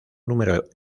número